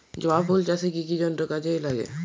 জবা ফুল চাষে কি কি যন্ত্র কাজে লাগে?